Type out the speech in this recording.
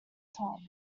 top